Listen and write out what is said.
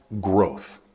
growth